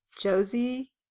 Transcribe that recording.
Josie